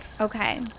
Okay